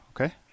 okay